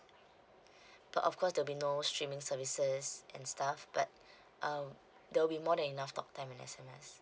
but of course there'll be no streaming services and stuff but um there will be more than enough talk time and S_M_Ss